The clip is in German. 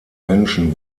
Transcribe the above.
menschen